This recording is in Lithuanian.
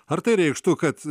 ar tai reikštų kad